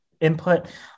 input